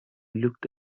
looked